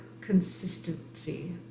consistency